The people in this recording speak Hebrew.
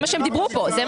זה מה שהם אמרו כאן.